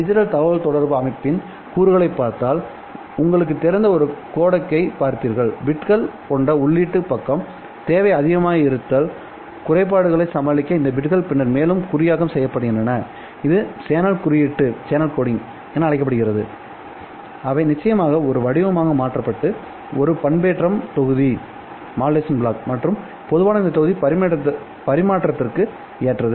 digital தகவல்தொடர்பு அமைப்பின் கூறுகளைப் பார்த்தால் உங்களுக்குத் தெரிந்த ஒரு கோடெக்கைப் பார்ப்பீர்கள் பிட்களைக் கொண்ட உள்ளீட்டுப் பக்கம்தேவைக்கு அதிகமாய் இருத்தல் குறைபாடுகளைச் சமாளிக்க இந்த பிட்கள் பின்னர் மேலும் குறியாக்கம் செய்யப்படுகின்றன இது சேனல் குறியீட்டு என அழைக்கப்படுகிறது அவை நிச்சயமாக ஒரு வடிவமாக மாற்றப்பட வேண்டும்ஒரு பண்பேற்றம் தொகுதி மற்றும் பொதுவாக இந்த தொகுதி பரிமாற்றத்திற்கு ஏற்றது